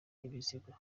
imizigo